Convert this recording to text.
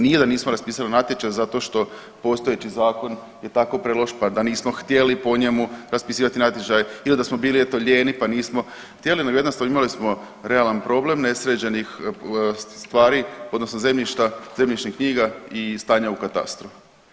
Nije da nismo raspisali natječaj zato što postojeći zakon je tako preloš, pa da nismo htjeli po njemu raspisivati natječaj ili da smo bili eto lijeni, pa nismo htjeli nego jednostavno imali smo realan problem nesređenih strani odnosno zemljišta, zemljišnih knjiga i stanja u katastru.